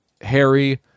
Harry